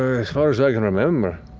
as far as i can remember.